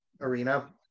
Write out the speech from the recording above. arena